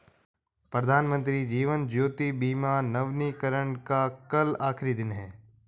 प्रधानमंत्री जीवन ज्योति बीमा नवीनीकरण का कल आखिरी दिन है